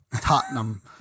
Tottenham